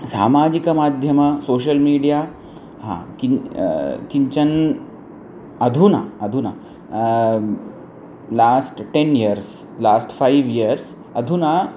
सामाजिकमाध्यमे social media हा किं किञ्चन अधुना अधुना last ten years last five years अधुना